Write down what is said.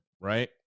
Right